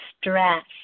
stress